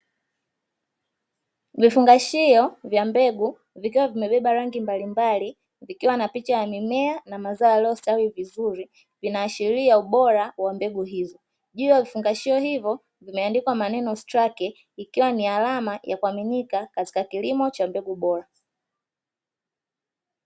Vifungashio vya mbegu vikiwa vimebeba mbegu mbalimbali zenye rangi tofauti juu ya vifungashio hvyo vimeandikwa maneno straki ikiwa ni alama ya kuaminika katika kilkmo cha mbegu bora